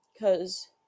cause